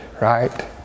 right